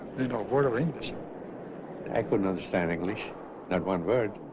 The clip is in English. they know word of english i couldn't understand english not one word